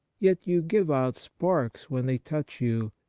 yet you give out sparks when they touch you,